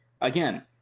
again